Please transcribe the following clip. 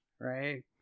right